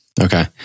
okay